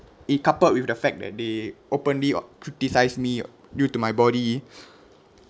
it coupled with the fact that they openly what criticise me orh due to my body